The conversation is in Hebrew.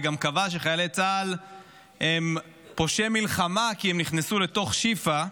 וגם קבע שחיילי צה"ל הם פושעי מלחמה כי הם נכנסו לתוך שיפא.